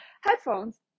headphones